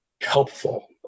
helpful